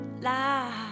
Life